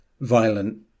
violent